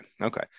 Okay